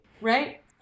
Right